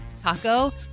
Taco